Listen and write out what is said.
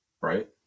right